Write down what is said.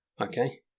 Okay